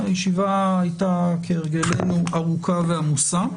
הישיבה הייתה כהרגלנו ארוכה ועמוסה.